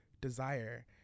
desire